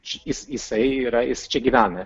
jisai yra jis čia gyvena